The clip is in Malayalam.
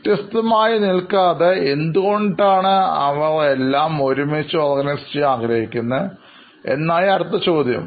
വ്യത്യസ്തമായി നിൽക്കാതെ എന്തുകൊണ്ടാണ് അവർ ഇത് എല്ലാം ഒരുമിച്ച് ഓർഗനൈസ് ചെയ്യാൻ ആഗ്രഹിക്കുന്നത് എന്നായി അടുത്ത ചോദ്യം